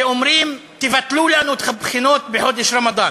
שאומרים: תבטלו לנו את הבחינות בחודש רמדאן.